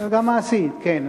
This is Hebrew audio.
גם מעשית, כן.